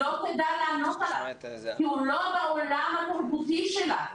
היא לא תדע לענות עליו כי הוא לא בעולם התרבותי שלה.